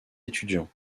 étudiants